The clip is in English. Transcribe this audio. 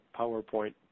PowerPoint